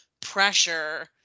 pressure